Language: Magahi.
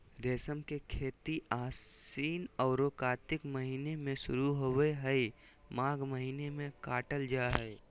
रेशम के खेती आशिन औरो कार्तिक महीना में शुरू होबे हइ, माघ महीना में काटल जा हइ